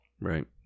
Right